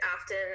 often